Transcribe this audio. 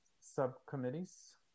subcommittees